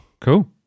Cool